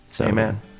Amen